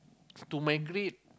to migrate